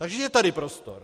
Takže je tady prostor.